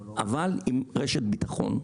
אנחנו עוד לא שם, והוכחנו את